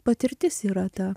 patirtis yra ta